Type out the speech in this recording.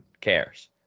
cares